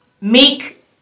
meek